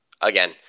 Again